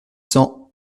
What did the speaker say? cents